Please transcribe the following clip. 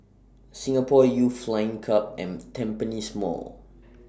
Singapore Youth Flying Club and Tampines Mall